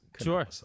Sure